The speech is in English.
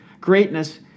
greatness